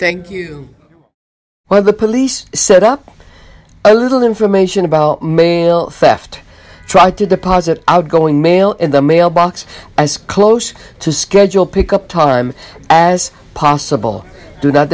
thank you well the police set up a little information about male theft try to deposit outgoing mail in the mailbox as close to schedule pickup time as possible